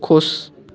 ख़ुश